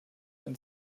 and